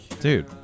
dude